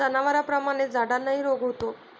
जनावरांप्रमाणेच झाडांनाही रोग होतो